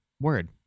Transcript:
Word